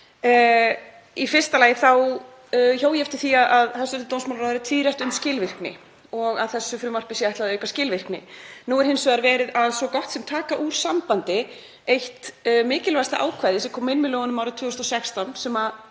Í fyrsta lagi hjó ég eftir því að hæstv. dómsmálaráðherra er tíðrætt um skilvirkni og að þessu frumvarpi sé ætlað að auka skilvirkni. Nú er hins vegar verið að svo gott sem taka úr sambandi eitt mikilvægasta ákvæðið sem kom inn með lögunum árið 2016 sem